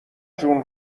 جون